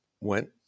went